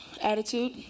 attitude